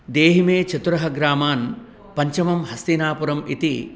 देहि मे चतुरः ग्रामान् पञ्चमं हस्तिनापुरम् इति